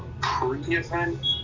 pre-event